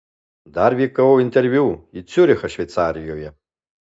dar vykau interviu į ciurichą šveicarijoje